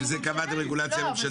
בשביל זה קיימת הרגולציה הממשלתית.